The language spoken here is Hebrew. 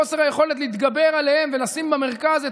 חוסר היכולת להתגבר עליהם ולשים במרכז את